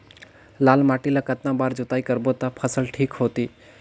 लाल माटी ला कतना बार जुताई करबो ता फसल ठीक होती?